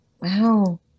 Wow